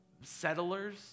settlers